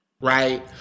right